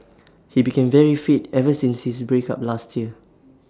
he became very fit ever since his break up last year